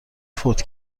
فوت